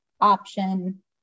option